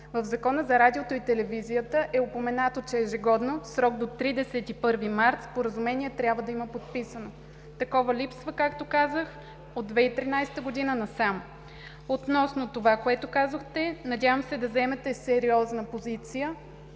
В Закона за радиото и телевизията е упоменато, че ежегодно, в срок до 31 март Споразумение трябва да има подписано. Такова липсва, както казах, от 2013 г. насам. Относно това, което казахте, надявам се да заемете сериозна позиция